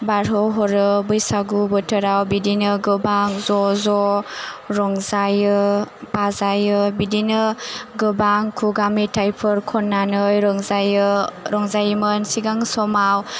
बारहोहरो बैसागु बोथोराव बिदिनो गाबां ज' ज' रंजायो बाजायो बिदिनो गोबां खुगा मेथाइफोर खन्नानै रंजायो रंजायोमोन सिगां समाव